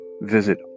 Visit